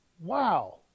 Wow